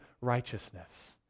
righteousness